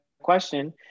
question